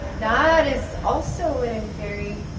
that is also what i'm very